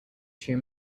two